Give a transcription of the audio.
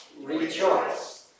rejoice